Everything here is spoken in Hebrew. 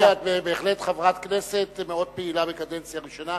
הואיל ואת בהחלט חברת כנסת מאוד פעילה בקדנציה ראשונה,